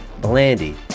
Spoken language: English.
Blandy